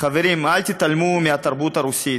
חברים, אל תתעלמו מהתרבות הרוסית.